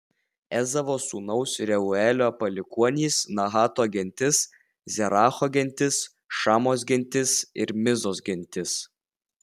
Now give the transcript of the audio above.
ezavo sūnaus reuelio palikuonys nahato gentis zeracho gentis šamos gentis ir mizos gentis